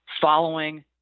following